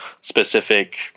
specific